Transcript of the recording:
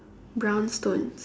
brown stones